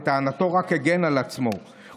לטענתו רק הגן על עצמו,